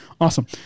awesome